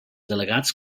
delegats